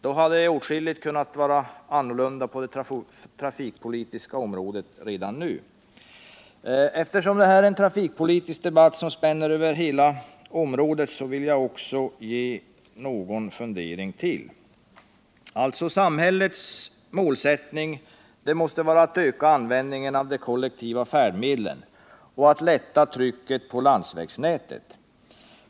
Då hade åtskilligt redan nu kunnat vara annorlunda på det trafikpolitiska området. Eftersom detta är en trafikpolitisk debatt som spänner över hela området vill jag ge uttryck för ytterligare några funderingar. Samhällets målsättning måste vara att öka användningen av de kollektiva färdmedlen och att lätta trycket på landsvägsnätet.